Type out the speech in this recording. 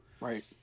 Right